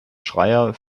schreyer